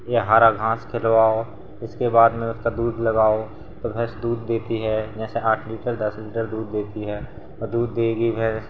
या हरा घाँस खिलवाओ इसके बाद इसका दूध लगाओ फिर भैंस दूध देती है जैसे आठ लीटर दस लीटर दूध देती है और दूध देगी भैंस